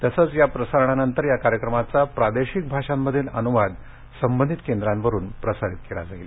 तसंच या प्रसारणानंतर या कार्यक्रमाचा प्रादेशिक भाषांमधील अन्वाद संबंधित केंद्रांवरून प्रसारित केला जाईल